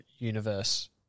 universe